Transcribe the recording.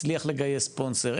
מצליח לגייס ספונסר?